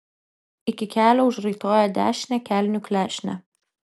iki kelio užraitoja dešinę kelnių klešnę